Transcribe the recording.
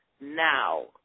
now